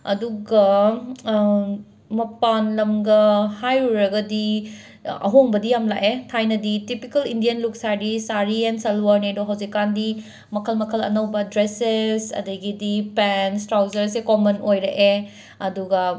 ꯑꯗꯨꯒ ꯃꯄꯥꯟ ꯂꯝꯒ ꯍꯥꯏꯔꯨꯔꯒꯗꯤ ꯑꯍꯣꯡꯕꯗꯤ ꯌꯥꯝ ꯂꯥꯛꯑꯦ ꯊꯥꯏꯅꯗꯤ ꯇꯤꯄꯤꯀꯦꯜ ꯏꯟꯗꯤꯌꯥꯟ ꯂꯨꯛ꯭ꯁ ꯍꯥꯏꯔꯗꯤ ꯁꯥꯔꯤ ꯑꯦꯟ ꯁꯜꯋꯥꯔ ꯅꯦ ꯑꯗꯣ ꯍꯧꯖꯤꯛꯀꯥꯟꯗꯤ ꯃꯈꯜ ꯃꯈꯜ ꯑꯅꯧꯕ ꯗ꯭ꯔꯦꯁꯦꯁ ꯑꯗꯒꯤꯗꯤ ꯄꯦꯟ꯭ꯁ ꯇ꯭ꯔꯥꯎꯖꯔꯁ ꯁꯦ ꯀꯣꯃꯟ ꯑꯣꯏꯔꯛꯑꯦ ꯑꯗꯨꯒ